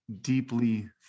deeply